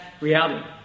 reality